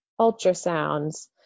ultrasounds